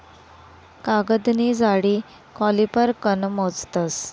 कागदनी जाडी कॉलिपर कन मोजतस